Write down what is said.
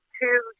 two